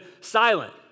silent